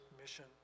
mission